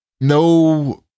no